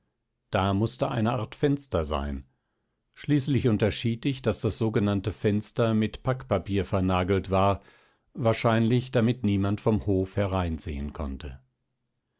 da mußte eine art fenster sein schließlich unterschied ich daß das sogenannte fenster mit packpapier vernagelt war wahrscheinlich damit niemand vom hof hereinsehen konnte